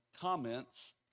comments